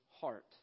heart